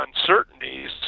uncertainties